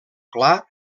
clar